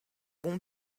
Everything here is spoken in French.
bon